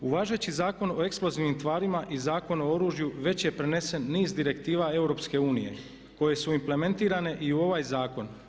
U važeći Zakon o eksplozivnim tvarima i Zakon o oružju već je prenesen niz Direktiva EU koje su implementirane i u ovaj zakon.